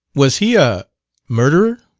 was he a murderer?